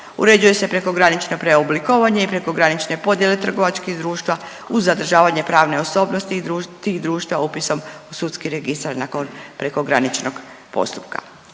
uređuje se prekogranično preoblikovanje i prekogranične podjele trgovačkih društva uz zadržavanje pravne osobnosti tih društava upisom u sudski registar nakon prekograničnog postupka.